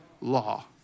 law